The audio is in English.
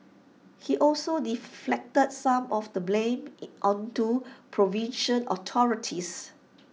he also deflected some of the blame onto provincial authorities